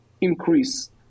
increase